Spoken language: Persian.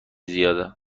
زیاده